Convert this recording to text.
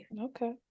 Okay